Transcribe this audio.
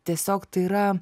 tiesiog tai yra